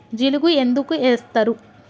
జిలుగు ఎందుకు ఏస్తరు?